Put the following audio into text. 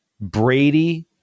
Brady